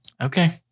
Okay